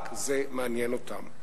רק זה מעניין אותה.